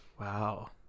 Wow